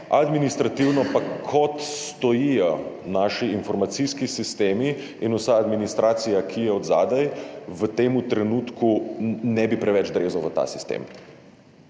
administrativno pa, kot stojijo naši informacijski sistemi in vsa administracija, ki je odzadaj, v tem trenutku ne bi preveč drezal v ta sistem.